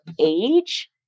age